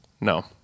no